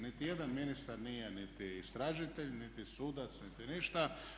Niti jedan ministar nije niti istražitelj, niti sudac, niti ništa.